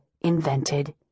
invented